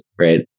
right